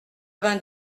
vingt